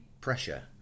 pressure